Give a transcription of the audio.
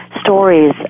stories